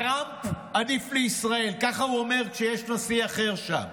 טראמפ עדיף לישראל, כך הוא אומר כשיש נשיא אחר שם,